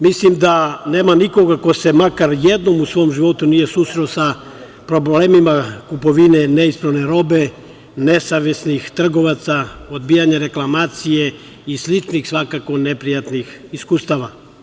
Mislim da nema nikoga ko se makar jednom u svom životu nije susreo sa problemima kupovine neispravne robe, nesavesnih trgovaca, odbijanja reklamacije i sličnih, svakako, neprijatnih iskustava.